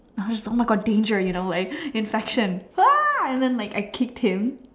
I was oh my God danger you know like infection and then I kicked him